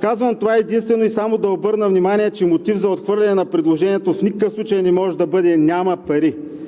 Казвам това единствено и само да обърна внимание, че мотив за отхвърляне на предложението в никакъв случай не може да бъде – няма пари.